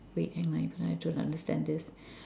wait hang on I don't understand this